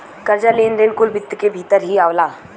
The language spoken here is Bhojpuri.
कर्जा, लेन देन कुल वित्त क भीतर ही आवला